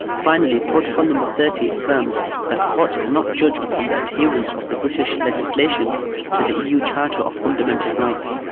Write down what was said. finally, protocol number thirty affirms that courts cannot judge upon the adherence of the british legislation to the eu charter of fundamental rights,